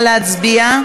נא להצביע.